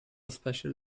special